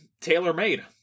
tailor-made